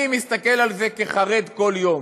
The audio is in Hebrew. אני מסתכל על זה חרד כל יום: